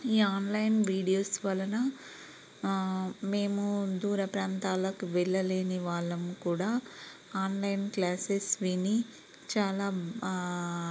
ఈ online videos వలన మేము దూర ప్రాంతాలకు వెళ్ళలేని వాళ్ళము కూడా ఆన్లైన్ క్లాసెస్ విని చాలా